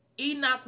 Enoch